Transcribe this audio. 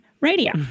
radio